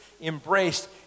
embraced